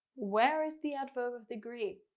where is the adverb of degree?